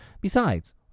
Besides